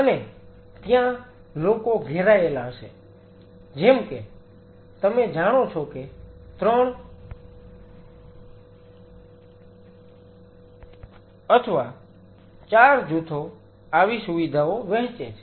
અને ત્યાં લોકો ઘેરાયેલા હશે જેમ કે તમે જાણો છો કે ત્રણ અથવા ચાર જૂથો આવી સુવિધાઓ વહેંચે છે